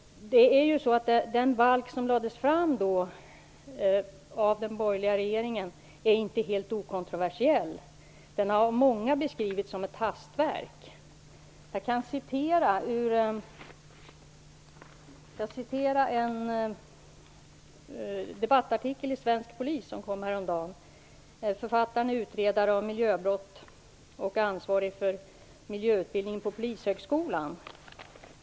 Det förslag till balk som lades fram av den borgerliga regeringen var inte helt okontroversiellt. Den har av många beskrivits som ett hastverk. Jag skall citera ur en debattartikel i tidningen Svensk Polis, som kom häromdagen. Författaren är utredare av miljöbrott och ansvarig för miljöutbildningen på Polishögskolan.